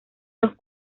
los